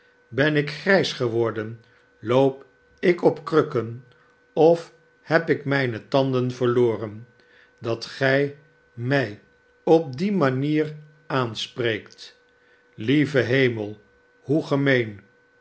ben ik grijs geworden loop ik op krukken of heb ik mijne tanden verloren dat gij mij op die manier aanspreekt lieve hemel hoe gemeen